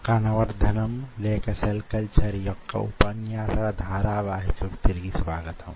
కణ వర్ధనం లేక సెల్ కల్చర్ సాంకేతిక పరిజ్ఞానానికి చెందిన ఉపన్యాస ధారావాహికకు తిరిగి స్వాగతం